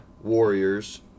Warriors